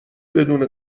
بدون